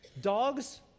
Dogs